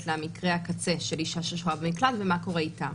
למקרה הקצה של אישה ששוהה במקלט ומה קורה איתה.